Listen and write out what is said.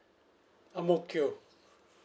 ang mo kio